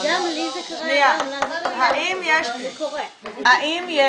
האם יש